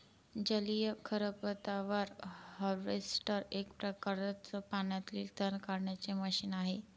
जलीय खरपतवार हार्वेस्टर एक प्रकारच पाण्यातील तण काढण्याचे मशीन आहे